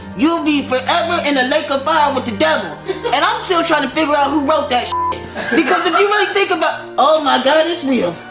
you'll be forever um ah in the lake of fire with the devil and i'm still trying to figure out who wrote that because if you really think about, oh my, god, it's real.